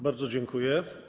Bardzo dziękuję.